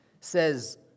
says